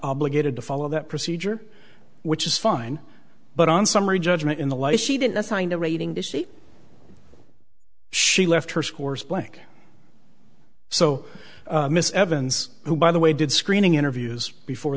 obligated to follow that procedure which is fine but on summary judgment in the life she didn't assign a rating to she she left her scores blank so miss evans who by the way did screening interviews before